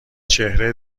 چهره